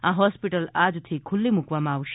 આ હોસ્પિટલ આજથી ખુલ્લી મૂકવામાં આવશે